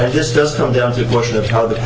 it just does come down to a question of how the